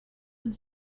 and